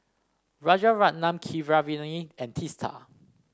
Rajaratnam Keeravani and Teesta